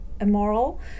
immoral